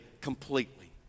completely